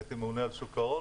הייתי ממונה על שוק ההון,